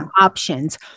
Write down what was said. options